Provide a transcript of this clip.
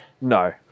No